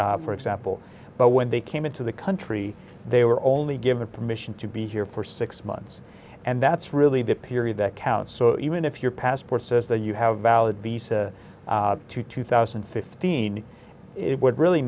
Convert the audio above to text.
for example but when they came into the country they were only given permission to be here for six months and that's really to period that count so even if your passport says that you have valid visa to two thousand and fifteen it would really